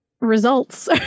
results